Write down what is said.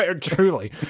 truly